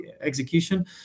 execution